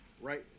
Right